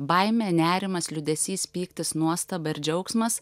baimė nerimas liūdesys pyktis nuostaba ir džiaugsmas